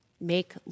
make